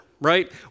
right